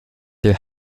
their